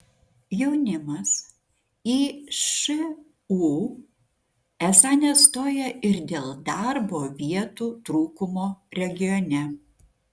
jaunimas į šu esą nestoja ir dėl darbo vietų trūkumo regione